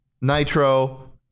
Nitro